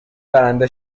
برنده